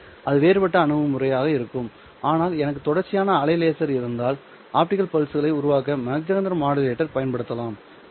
ஆனால் அது வேறுபட்ட அணுகுமுறையாக இருக்கும் ஆனால் எனக்கு தொடர்ச்சியான அலை லேசர் இருந்தால் ஆப்டிகல் பல்ஸ்களை உருவாக்க மாக் ஜெஹெண்டர் மாடுலேட்டரைப் பயன்படுத்தலாம்